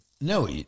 No